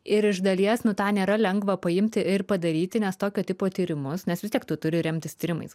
ir iš dalies nu tą nėra lengva paimti ir padaryti nes tokio tipo tyrimus nes vis tiek tu turi remtis tyrimais